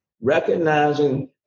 recognizing